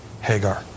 Hagar